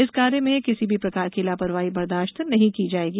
इस कार्य में किसी प्रकार की लापरवाही बर्दाश्त नहीं की जाएगी